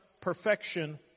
perfection